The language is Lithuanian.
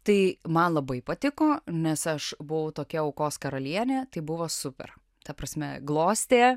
tai man labai patiko nes aš buvau tokia aukos karalienė tai buvo super ta prasme glostė